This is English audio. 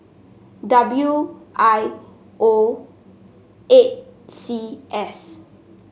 W I O eight C S